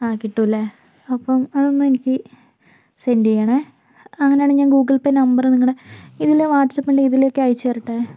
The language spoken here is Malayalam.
ആ കിട്ടുമല്ലേ അപ്പം അതൊന്നെനിക്ക് സെൻ്റ് ചെയ്യണേ അങ്ങനെയാണെങ്കിൽ ഞാൻ ഗൂഗിൾ പേ നമ്പറ് നിങ്ങളുടെ ഇതിൽ വാട്സ്ആപ്പ് ഉണ്ടെങ്കിൽ ഇതിലേക്ക് അയച്ചു തരട്ടേ